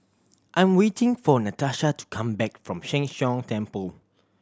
I'm waiting for Natasha to come back from Sheng Hong Temple